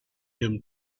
him